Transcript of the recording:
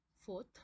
Fourth